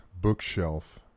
bookshelf